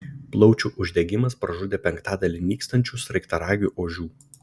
plaučių uždegimas pražudė penktadalį nykstančių sraigtaragių ožių